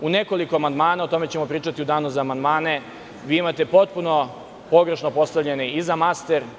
U nekoliko amandmana, o tome ćemo pričati u danu za amandmane, vi imate potpuno pogrešno postavljene i za master.